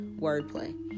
wordplay